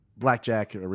blackjack